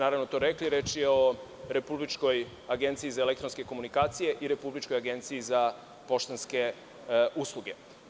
Naravno, vi ste to rekli, reč je o Republičkoj agenciji za elektronske komunikacije i Republičkoj agenciji za poštanske usluge.